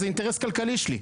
זה אינטרס כלכלי שלי,